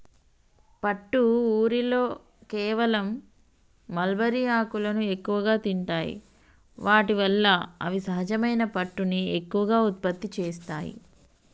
పట్టు ఊరిలో కేవలం మల్బరీ ఆకులను ఎక్కువగా తింటాయి వాటి వల్ల అవి సహజమైన పట్టుని ఎక్కువగా ఉత్పత్తి చేస్తాయి